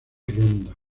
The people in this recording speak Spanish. ronda